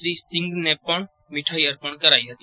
શ્રી સિંઘને પણ મીઠાઇ અર્પણ કરાઇ હતી